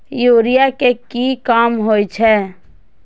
Urea के की काम होई छै?